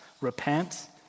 repent